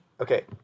okay